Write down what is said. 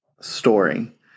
story